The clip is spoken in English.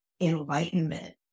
enlightenment